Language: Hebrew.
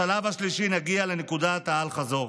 בשלב השלישי נגיע לנקודת האל-חזור: